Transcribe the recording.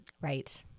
right